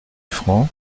francs